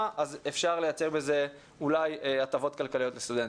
אז אפשר לייצר בזה אולי הטבות כלכליות לסטודנטים.